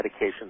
medications